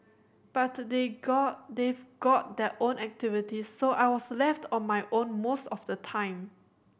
but they got they've got their own activities so I was left on my own most of the time